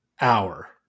hour